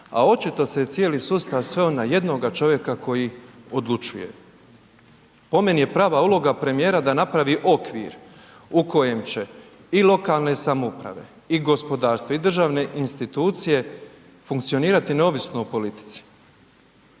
a očito se cijeli sustav sveo na jednoga čovjeka koji odlučuje. Po meni je prava uloga premijera da napravi okvir u kojem će i lokalne samouprave i gospodarstva i državne institucije funkcionirati neovisno o politici,